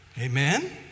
Amen